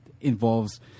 involves